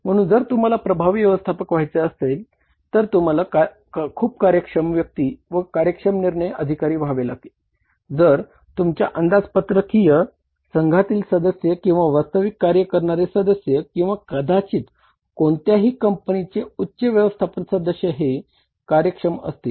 म्हणून जर तुम्हाला प्रभावी व्यवस्थापक व्हायचे असेल तर तुम्हाला खूप कार्यक्षम व्यक्ती व कार्यक्षम निर्णय अधिकारी व्हावे लागेल तरच तुमच्या अंदाजपत्रकीय संघातील सदस्य किंवा वास्तविक कार्य करणारे सदस्य किंवा कदाचित कोणत्याही कंपनीचे उच्च व्यवस्थापन सदस्य हे कार्यक्षम असतील